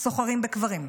סוחרים בקברים,